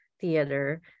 Theater